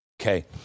Okay